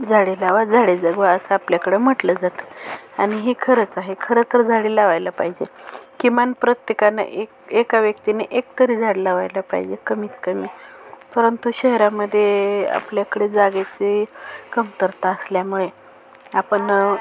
झाडे लावा झाडे जगवा असं आपल्याकडं म्हटलं जातं आणि हे खरंच आहे खरंतर झाडे लावायला पाहिजे किमान प्रत्येकानं एक एका व्यक्तीने एकतरी झाड लावायला पाहिजे कमीत कमी परंतु शहरामध्ये आपल्याकडे जागेचे कमतरता असल्यामुळे आपण